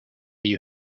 you